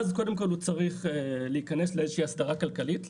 קודם כל הוא צריך להיכנס לאיזושהי הסדרה כלכלית,